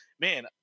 man